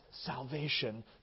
salvation